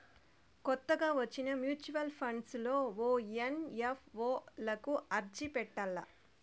కొత్తగా వచ్చిన mutual funds లో ఓ ఎన్.ఎఫ్.ఓ లకు అర్జీ పెట్టల్ల